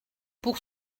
pour